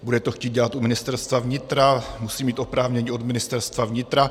Bude to chtít dělat u Ministerstva vnitra, musí mít oprávnění od Ministerstva vnitra.